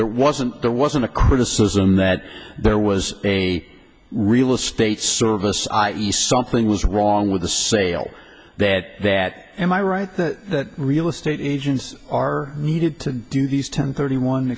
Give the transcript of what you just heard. there wasn't there wasn't a criticism that there was a real estate service i e something was wrong with the sale dead that am i right that real estate agents are needed to do these ten thirty one